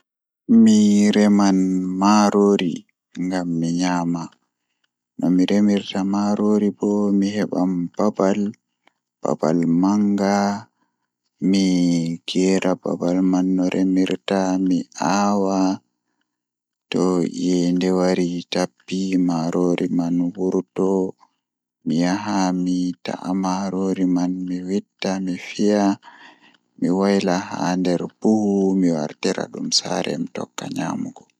So mi waawi waɗde waɗugol laawol jeyngol ngam wonde, miɗo heɓa nder semmbugol. Ko mi heɓi waɗde heɓugol moƴƴere ngam heewta e nder waɗde jeyngol, miɗo jeyngol yowtere e kofi, sabu o heɓi fota ngam ndiyam e njoggude. Miɗo faama mi njidda, mi njiggaama jeyngol ngal e yillude heɓe ngal. mi waawi waɗde kofi ngam jeyngol fota.